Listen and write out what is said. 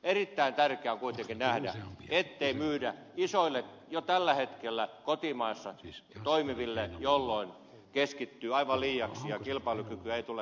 erittäin tärkeää on kuitenkin nähdä ettei myydä isoille jo tällä hetkellä kotimaassa toimiville jolloin keskittymistä on aivan liiaksi ja kilpailukykyä ei tule tarpeeksi